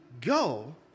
go